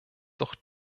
doch